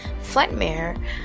flightmare